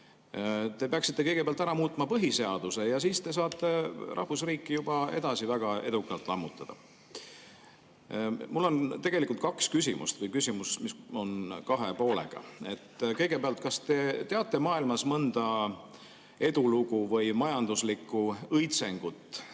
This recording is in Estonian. Te peaksite kõigepealt ära muutma põhiseaduse ja siis te saate rahvusriiki juba edasi väga edukalt lammutada. Mul on kaks küsimust või küsimus, mis on kahe poolega. Kõigepealt, kas te teate maailmas mõnda edulugu või majanduslikku õitsengut,